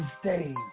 stage